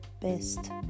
best